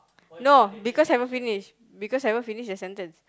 no because haven't finish because haven't finish the sentence